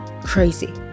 crazy